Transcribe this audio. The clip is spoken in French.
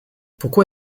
pourquoi